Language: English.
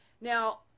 now